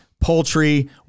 poultry